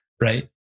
right